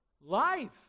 life